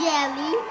Jelly